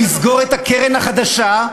כדי לסגור את הקרן החדשה?